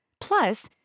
Plus